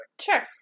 Sure